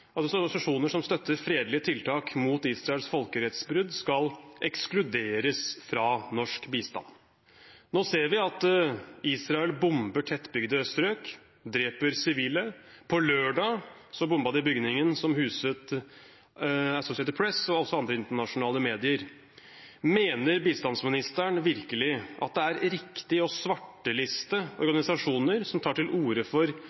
organisasjoner som støtter fredelige tiltak mot Israels folkerettsbrudd, skal ekskluderes fra norsk bistand. Nå ser vi at Israel bomber tettbygde strøk, dreper sivile. På lørdag bombet de bygningen som huset Associated Press og også andre internasjonale medier. Mener bistandsministeren virkelig at det er riktig å svarteliste organisasjoner som tar til orde for